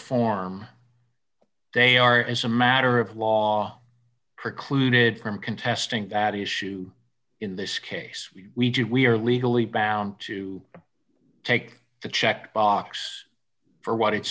form they are as a matter of law precluded from contesting that issue in this case we do we are legally bound to take the check box for what it